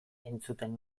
entzuten